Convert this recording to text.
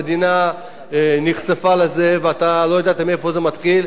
המדינה נחשפה לזה ואתה לא ידעת מאיפה זה מתחיל.